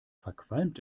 verqualmt